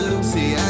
Lucy